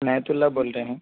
عنایت اللہ بول رہے ہیں